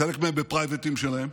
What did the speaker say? חלק מהם בפרייבטים שלהם,